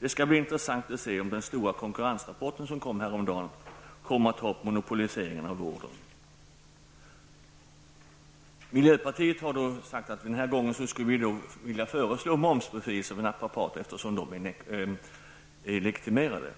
Det skall bli intressant att se om den stora konkurrensrapporten, som lades fram häromdagen, tar upp frågan om monopoliseringen av vården. Vi i miljöpartiet skulle den här gången vilja föreslå momsbefrielse för naprapater, eftersom dessa är legitimerade.